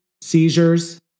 seizures